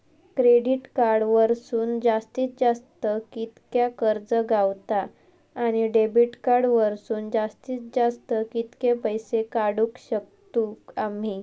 Credit card वरसून जास्तीत जास्त कितक्या कर्ज गावता, आणि डेबिट कार्ड वरसून जास्तीत जास्त कितके पैसे काढुक शकतू आम्ही?